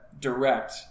Direct